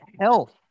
health